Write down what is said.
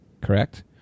correct